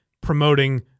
promoting